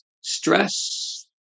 stress